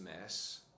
mess